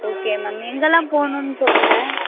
okay ma'am எங்கெல்லாம் போகணுன்னு சொல்லுங்க